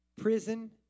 prison